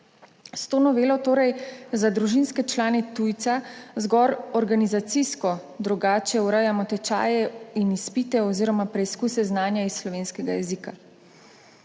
S to novelo torej za družinske člane tujca zgolj organizacijsko drugače urejamo tečaje in izpite oziroma preizkuse znanja iz slovenskega jezika.